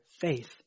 faith